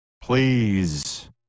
Please